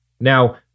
Now